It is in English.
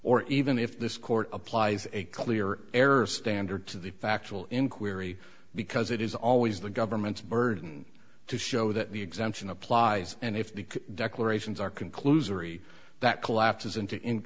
or even if this court applies a clear error standard to the factual inquiry because it is always the government's burden to show that the exemption applies and if the declarations are conclusory that collapses into